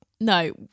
No